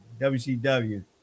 WCW